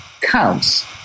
counts